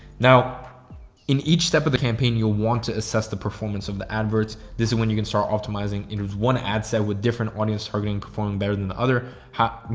now in each step of the campaign you'll want to assess the performance of the adverts. this is when you can start optimizing and there's one ad set with different audience targeting performing better than the other. you